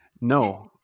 No